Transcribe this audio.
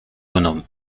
bonhomme